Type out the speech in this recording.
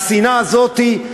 השנאה הזאת?